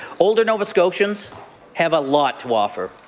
older nova scotians have a lot to offer.